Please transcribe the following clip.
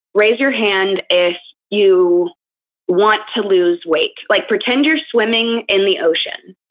raise your hand if you want to lose weight. like pretend you're swimming in the ocean.